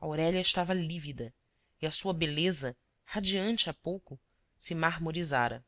aurélia estava lívida e a sua beleza radiante há pouco se marmorizara